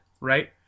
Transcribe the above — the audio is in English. right